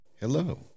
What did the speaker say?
hello